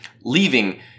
leaving